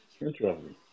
interesting